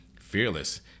fearless